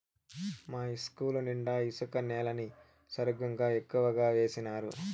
మా ఇస్కూలు నిండా ఇసుక నేలని సరుగుకం ఎక్కువగా వేసినారు